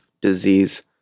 disease